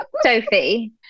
Sophie